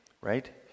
right